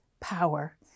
power